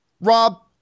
rob